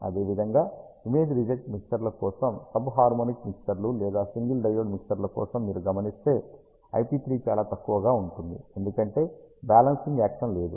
అదేవిధంగా image reject మిక్సర్ల కోసం సబ్ హార్మోనిక్ మిక్సర్లు లేదా సింగిల్ డయోడ్ మిక్సర్ల కోసం మీరు గమనిస్తే IP3 చాలా తక్కువగా ఉంటుంది ఎందుకంటే బ్యాలెన్సింగ్ యాక్షన్ లేదు